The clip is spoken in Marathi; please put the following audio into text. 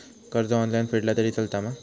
कर्ज ऑनलाइन फेडला तरी चलता मा?